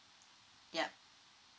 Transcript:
yup